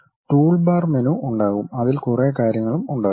toolbar menu ഉണ്ടാകും അതിൽ കുറെ കാര്യങ്ങളും ഉണ്ടാകും